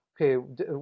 okay